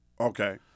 Okay